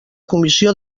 comissió